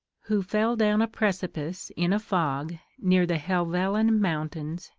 who fell down a precipice in a fog near the helvellyn mountains,